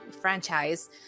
franchise